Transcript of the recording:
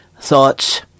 thoughts